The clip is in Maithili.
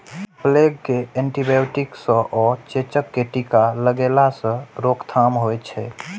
प्लेग कें एंटीबायोटिक सं आ चेचक कें टीका लगेला सं रोकथाम होइ छै